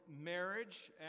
marriage